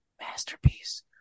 masterpiece